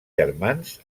germans